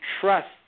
trust